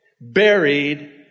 buried